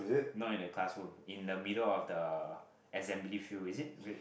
no in the classroom in the middle of the assembly field is it